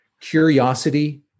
curiosity